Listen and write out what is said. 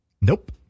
Nope